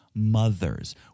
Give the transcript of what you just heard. mothers